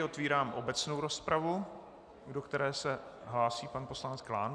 Otvírám obecnou rozpravu, do které se hlásí pan poslanec Klán.